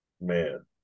Man